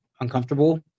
uncomfortable